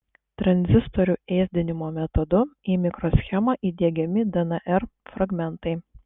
tranzistorių ėsdinimo metodu į mikroschemą įdiegiami dnr fragmentai